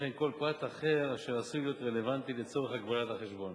וכן כל פרט אחר אשר עשוי להיות רלוונטי לצורך הגבלת החשבון.